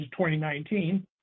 2019